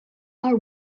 are